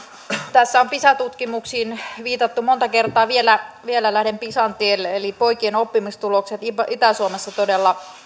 tässä on pisa tutkimuksiin viitattu monta kertaa vielä vielä lähden pisan tielle eli poikien oppimistulokset itä suomessa todella